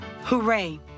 Hooray